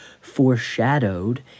foreshadowed